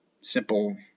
simple